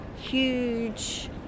huge